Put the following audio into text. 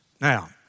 Now